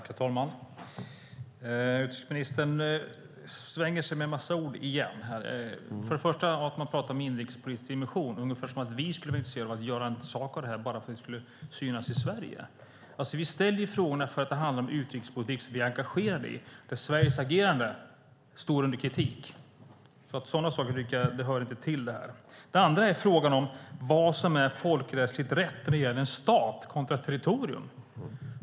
Herr talman! Utrikesministern svänger sig igen med en massa ord. För det första talar han om en inrikespolitisk dimension, ungefär som att vi skulle vara intresserade av att göra en sak av det här bara för att det skulle synas i Sverige. Vi ställer ju frågorna därför att det handlar om utrikespolitik som vi är engagerade i och där Sveriges agerande står under kritik. För det andra är frågan vad som är folkrättsligt rätt när det gäller en stat kontra ett territorium.